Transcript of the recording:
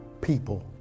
People